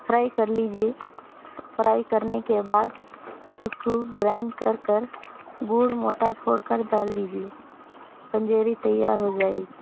fry کر لیجیے fry کرنے کے بعد اُس کو گرانڈ کر کر گڑ موٹا پھوڑ کر دال دیجیے پنجیری تیار ہو جائے گی